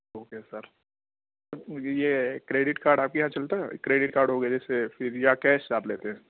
okay sir مجھے یہ credit card آپ کے یہاں چلتا ہے کریڈٹ کارڈ ہو گیا جیسے پھر یا کیش آپ لیتے ہیں